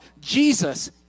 Jesus